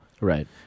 Right